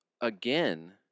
again